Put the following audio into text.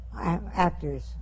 actors